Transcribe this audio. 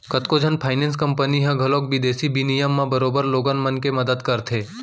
कतको कन finance company मन ह घलौक बिदेसी बिनिमय म बरोबर लोगन मन के मदत करथे